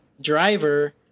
driver